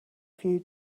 few